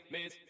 Miss